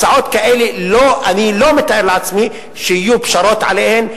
הצעות כאלה, אני לא מתאר לעצמי שיהיו פשרות עליהן.